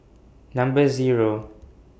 Number Zero